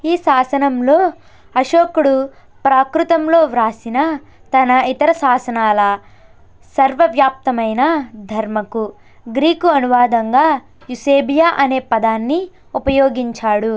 ఈ శాసనంలో అశోకుడు ప్రాకృతంలో వ్రాసిన తన ఇతర శాసనాల సర్వ వ్యాప్తమైన ధర్మకు గ్రీకు అనువాదంగా యుసేబియా అనే పదాన్ని ఉపయోగించాడు